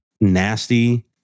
nasty